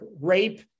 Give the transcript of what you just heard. rape